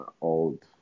old